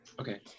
Okay